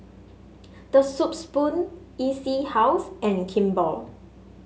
The Soup Spoon E C House and Kimball